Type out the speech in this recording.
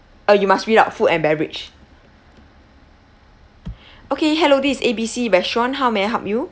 uh you must read out food and beverage okay hello this A B C restaurant how may I help you